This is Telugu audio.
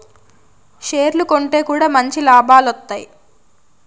షేర్లు కొంటె కూడా మంచి లాభాలు వత్తాయి